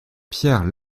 pierre